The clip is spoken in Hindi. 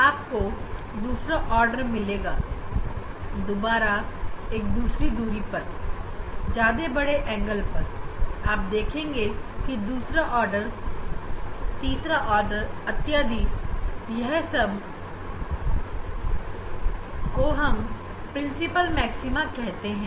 आपको दोबारा एक दूसरी दूरी पर एक ज्यादा बड़े एंगल पर दूसरा आर्डर मिलेगा और आप दूसरा आर्डर तीसरा आर्डर इत्यादि देखेंगे यह सब को हम प्रिंसिपल मैक्सिमा कहते हैं